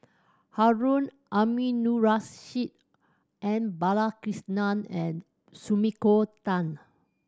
Harun Aminurrashid M Balakrishnan and Sumiko Tan